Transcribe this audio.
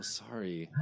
sorry